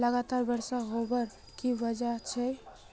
लगातार बारिश होबार की वजह छे?